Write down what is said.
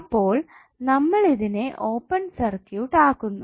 അപ്പോൾ നമ്മൾ ഇതിനെ ഓപ്പൺ സർക്യൂട്ട് ആകുന്നു